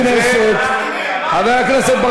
חברי הכנסת,